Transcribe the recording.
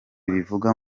ibivuga